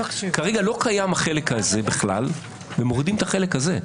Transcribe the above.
כרגע לא קיים החלק הזה בכלל ומורידים את החלק הזה,